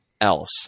else